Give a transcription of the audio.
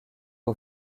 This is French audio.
aux